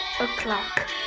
o'clock